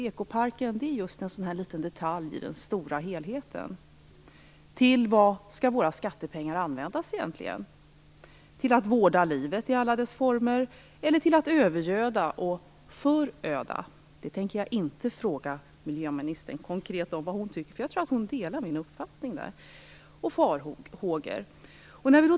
Ekoparken är just en sådan liten detalj i den stora helheten. Vad skall våra skattepengar egentligen användas till - till att vårda livet i alla dess former eller till att övergöda och föröda? Jag tänker inte ställa den frågan konkret till miljöministern - jag tror att hon delar min uppfattning och mina farhågor på den punkten.